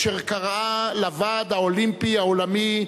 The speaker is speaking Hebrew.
אשר קראה לוועד האולימפי העולמי,